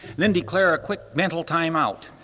then declare a quick mental timeout.